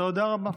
תודה רבה.